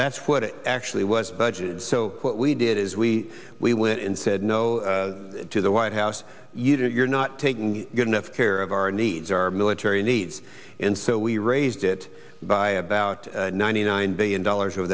that's what it actually was budgeted so what we did is we we went and said no to the white house you're not taking good enough care of our needs our military needs and so we raised it by about ninety nine billion dollars over